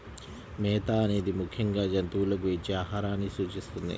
మేత అనేది ముఖ్యంగా జంతువులకు ఇచ్చే ఆహారాన్ని సూచిస్తుంది